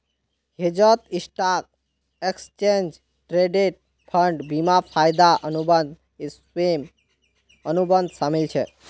हेजत stock, exchange traded fund, बीमा, वायदा अनुबंध, स्वैप, अनुबंध शामिल छेक